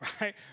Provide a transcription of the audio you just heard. right